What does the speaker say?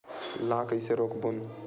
ला कइसे रोक बोन?